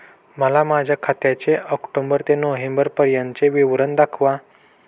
मला माझ्या खात्याचे ऑक्टोबर ते नोव्हेंबर पर्यंतचे विवरण दाखवा